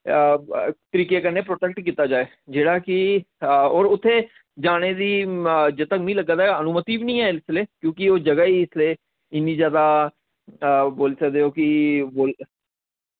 तरीके कन्नै प्रोटेक्ट कीत्ता जाए जेह्ड़ा कि और उत्थे जाने दी जित्थे तक मि लग्गा दा अनुमति वी निं ऐ इसले क्यूंकि ओह् जगह ही इसले इन्नी जैदा बोली सकदे ओ की